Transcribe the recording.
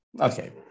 Okay